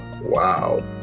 Wow